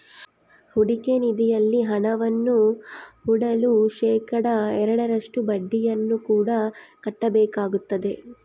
ಹೂಡಿಕೆ ನಿಧಿಯಲ್ಲಿ ಹಣವನ್ನು ಹೂಡಲು ಶೇಖಡಾ ಎರಡರಷ್ಟು ಬಡ್ಡಿಯನ್ನು ಕೂಡ ಕಟ್ಟಬೇಕಾಗುತ್ತದೆ